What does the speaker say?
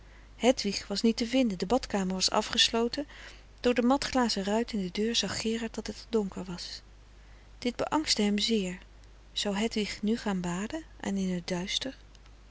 hedwig was niet te vinden de badkamer was afgesloten door de matglazen ruit in de deur zag gerard dat het er donker was dit beangste hem zeer zou hedwig nu gaan baden en in t duister